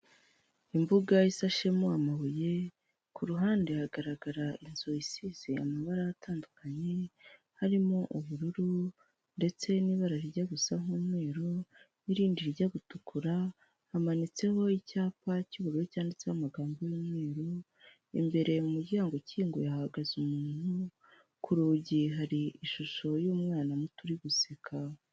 Imbuga isashemo amabuye ku ruhande hagaragara inzu isize amabara atandukanye harimo ubururu ndetse n'ibara rijya gusa nk'umweru n'irindi rijya gutukura, hamanitseho icyapa cy'ubururu cyanditseho amagambo y'umweru imbere mu muryango ukinguye hahagaze umuntu, ku rugi hari ishusho y'umwana muto uri guseka